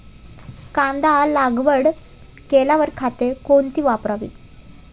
कांदा लागवड केल्यावर खते कोणती वापरावी?